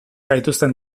gaituzten